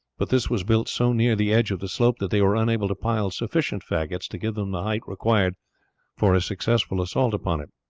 but this was built so near the edge of the slope that they were unable to pile sufficient faggots to give them the height required for a successful assault upon it.